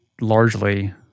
largely